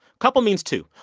couple means two,